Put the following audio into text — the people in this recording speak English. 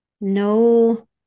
no